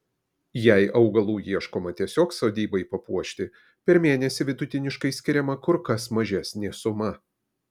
jei augalų ieškoma tiesiog sodybai papuošti per mėnesį vidutiniškai skiriama kur kas mažesnė suma